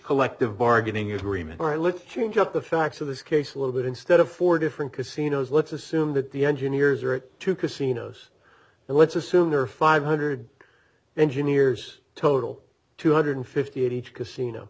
collective bargaining agreement or i looked up the facts of this case a little bit instead of four different casinos let's assume that the engineers are it to casinos and let's assume there are five hundred engineers total two hundred fifty at each casino